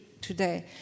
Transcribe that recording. today